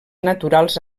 naturals